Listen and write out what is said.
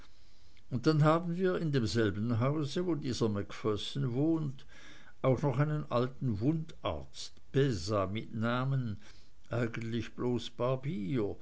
und dann haben wir in demselben haus wo dieser macpherson wohnt auch noch einen alten wundarzt beza mit namen eigentlich bloß barbier